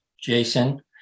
Jason